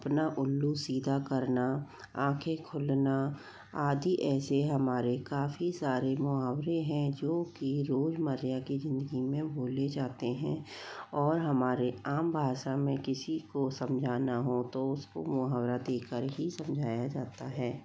अपना उल्लू सीधा करना आँखे खुलना आदि ऐसे हमारे काफ़ी सारे मुहावरें हैं जो की रोज़मर्रा की ज़िन्दगी में बोले जाते हैं और हमारे आम भाषा में किसी को समझाना हो तो उसको मुहावरा देकर ही समझाया जाता हैं